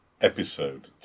episode